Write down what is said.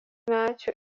medžių